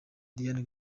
diane